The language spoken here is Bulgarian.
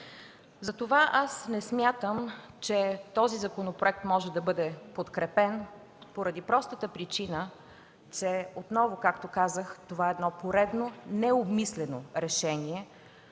ресурс. Аз не смятам, че този законопроект може да бъде подкрепен поради простата причина, че, както казах, това е поредно необмислено решение,